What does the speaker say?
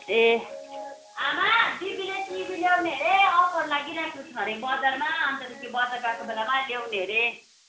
ए आमा दिदीले टिभी ल्याउने अरे अफर लागिरहेको छ अरे बजारमा अन्त त्यो बजार गएको बेलामा ल्याउने अरे